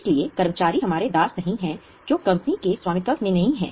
इसलिए कर्मचारी हमारे दास नहीं हैं जो कंपनी के स्वामित्व में नहीं हैं